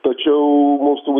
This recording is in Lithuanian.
tačiau mums